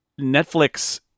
Netflix